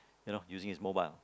you know using his mobile